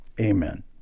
Amen